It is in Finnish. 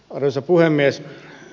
arvoisa puhemies